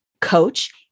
coach